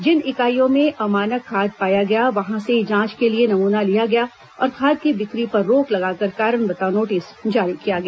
जिन इकाईयों में अमानक खाद पाया गया वहां से जांच के लिए नमूना लिया गया और खाद की बिक्री पर रोक लगाकर कारण बताओ नोटिस जारी किया गया